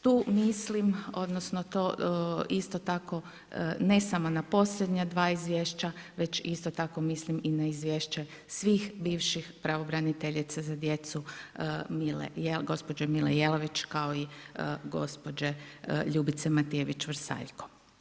Tu mislim, odnosno, to isto tako, ne samo na posljednja dva izvješća, već isto tako mislim i na izvješće svih bivših pravobraniteljica za djecu gospođe Mile Jelavić, kao i gospođe Ljubice Matijević Vrsaljko.